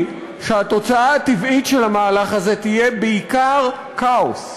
שהתוצאה הטבעית של המהלך הזה תהיה בעיקר כאוס.